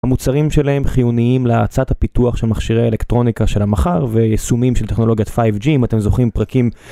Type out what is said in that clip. המוצרים שלהם חיוניים להאצת הפיתוח של מכשירי אלקטרוניקה של המחר ויישומים של טכנולוגיית 5G אם אתם זוכרים פרקים